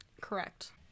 Correct